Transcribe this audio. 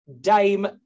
Dame